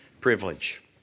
privilege